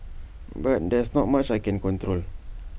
but there's not much I can control